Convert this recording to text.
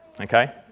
okay